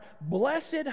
blessed